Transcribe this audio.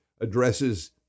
addresses